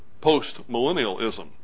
post-millennialism